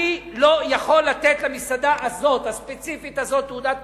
אני לא יכול לתת למסעדה הספציפית הזו תעודת כשרות,